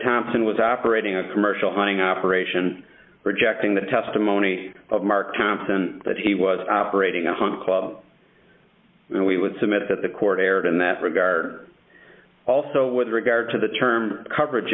thompson was operating a commercial hunting operation rejecting the testimony of mark thompson that he was operating a hunt club and we would submit that the court erred in that regard also with regard to the term coverage